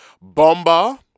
bomba